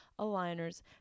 aligners